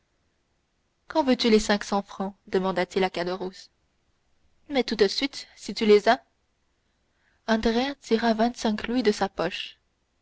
quand veux-tu les cinq cents francs demanda-t-il à caderousse mais tout de suite si tu les as andrea tira vingt-cinq louis de sa poche